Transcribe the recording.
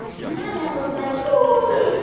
come on now, little buddy who's a